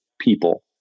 people